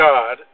God